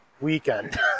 weekend